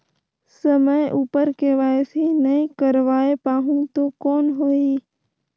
समय उपर के.वाई.सी नइ करवाय पाहुं तो कौन होही?